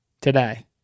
today